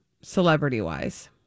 celebrity-wise